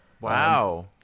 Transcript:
Wow